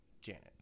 Janet